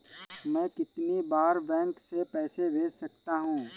मैं कितनी बार बैंक से पैसे भेज सकता हूँ?